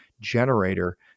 generator